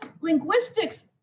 linguistics